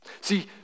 See